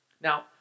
Now